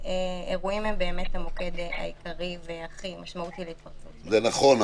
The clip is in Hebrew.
אירועים הם באמת המוקד העיקרי והכי משמעותי להתפרצות --- זה נכון,